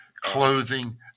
clothing